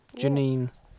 Janine